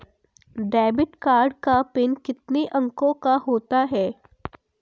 Debit card का PIN कितने अंकों का होता है?